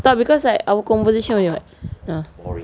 tak because our conversation only [what]